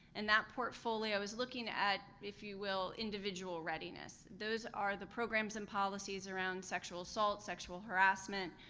and that portfolio is looking at, if you will, individual readiness. those are the programs and policies around sexual assault, sexual harassment,